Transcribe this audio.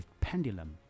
pendulum